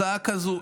הצעה כזו,